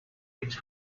it’s